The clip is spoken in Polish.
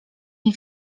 nie